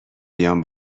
بیام